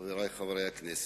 חברי חברי הכנסת,